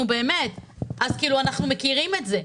אנחנו מכירים את זה.